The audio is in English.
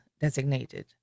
designated